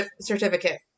certificate